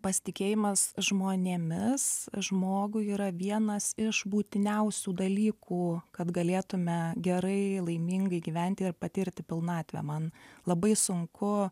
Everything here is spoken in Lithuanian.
pasitikėjimas žmonėmis žmogui yra vienas iš būtiniausių dalykų kad galėtume gerai laimingai gyventi ir patirti pilnatvę man labai sunku